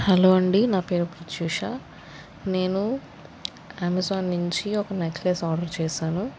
hello అండి నా పేరు ప్రత్యూష నేను అమెజాన్ నుంచి ఒక నెక్లెస్ ఆర్డర్ చేశాను